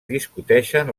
discuteixen